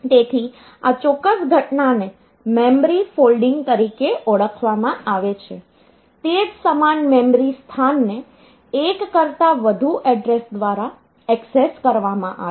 તેથી આ ચોક્કસ ઘટનાને મેમરી ફોલ્ડિંગ તરીકે ઓળખવામાં આવે છે તે જ સમાન મેમરી સ્થાનને એક કરતાં વધુ એડ્રેસ દ્વારા એક્સેસ કરવામાં આવે છે